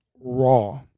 raw